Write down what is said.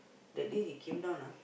that day he came down ah